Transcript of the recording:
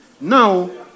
Now